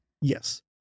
Yes